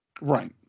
Right